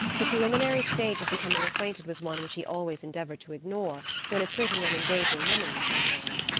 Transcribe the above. the preliminary stage of becoming acquainted was one which he always endeavored to ignore when a pretty and engaging woman was concerned.